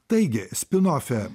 taigi spinofe